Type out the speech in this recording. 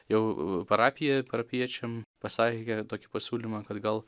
jau parapijoje parapijiečiam pasakė tokį pasiūlymą kad gal